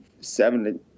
seven